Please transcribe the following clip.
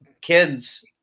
kids